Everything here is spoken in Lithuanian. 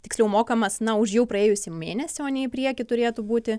tiksliau mokamas na už jau praėjusį mėnesį o ne į priekį turėtų būti